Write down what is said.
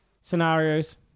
scenarios